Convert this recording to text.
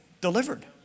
delivered